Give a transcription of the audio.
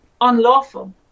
unlawful